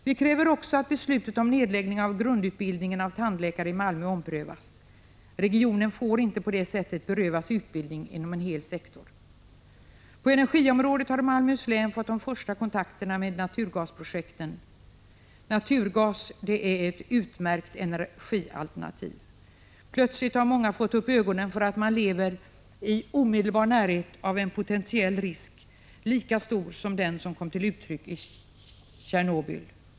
Vi kräver också att beslutet om nedläggning av grundutbildningen av tandläkare i Malmö omprövas. Regionen får inte på det sättet berövas utbildning inom en hel sektor. På energiområdet har Malmöhus län fått de första kontakterna med naturgasprojekten. Naturgas är ett utmärkt energialternativ. Plötsligt har många fått upp ögonen för att man lever i omedelbar närhet av en potentiell risk, lika stor som den som kom till uttryck i Tjernobyl.